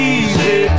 easy